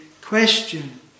question